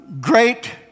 great